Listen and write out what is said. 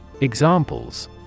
Examples